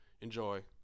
Enjoy